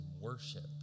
worship